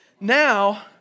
Now